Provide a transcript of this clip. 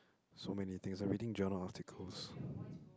so many things I reading journal articles